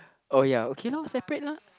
oh ya okay lor separate lor